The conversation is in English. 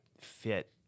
fit